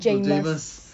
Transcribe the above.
jamus